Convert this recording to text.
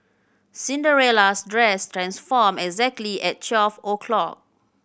Cinderella's dress transformed exactly at twelve o'clock